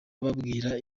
babwira